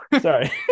sorry